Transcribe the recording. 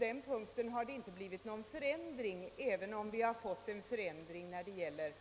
Därvidlag har det inte inträffat någon förändring, även om det blivit förändringar när det gäller